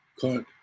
caught